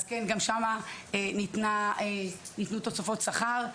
אז כן, גם שמה ניתנו תוספות שכר.